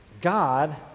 God